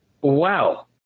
wow